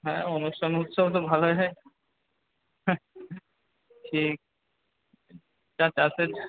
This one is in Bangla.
হ্যাঁ অনুষ্ঠান উৎসব তো ভালোই হয় ঠিক আছে যা চাষের